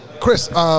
Chris